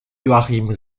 joachim